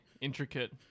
intricate